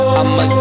I'ma